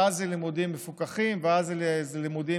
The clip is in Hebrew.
ואז אלה לימודים מפוקחים, לימודים